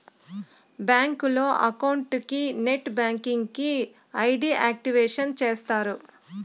బ్యాంకులో అకౌంట్ కి net banking కి ఐ.డి యాక్టివేషన్ చేస్తారు